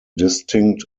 distinct